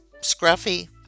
Scruffy